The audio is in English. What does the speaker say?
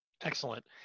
Excellent